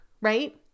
right